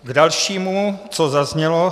K dalšímu, co zaznělo.